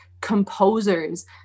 composers